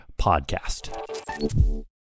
podcast